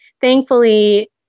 thankfully